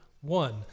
one